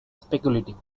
speculative